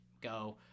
go